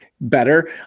better